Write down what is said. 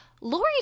Lori